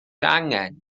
angen